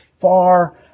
far